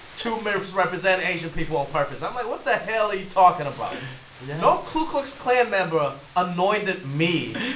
to misrepresent asian people on purpose. i'm like, what the hell are you talking about? yeah no ku klux klan member anointed me.